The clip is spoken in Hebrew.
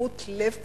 בקהות לב כזאת.